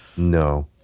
No